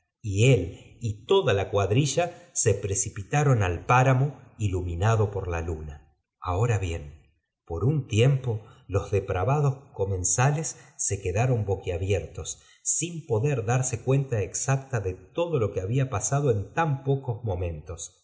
y él y toda la acuadrilla se precipitaron al páramo iluminado v por la luna ahora bien por un tiempo los depravados comnerusales se quedaron boquiabiertos sin poder p darse cuenta exacta de todo lo que había pasado en tan pocos momentos